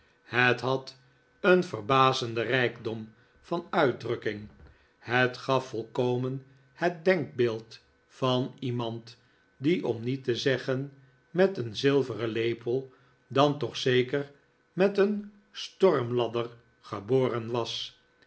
het had een verbazenden rijkdom van uitdrukking het gaf volkomen het denkbeeld van iemand die om niet te zeggen met een zilveren lepel dan toch zeker met een stormladder geboren was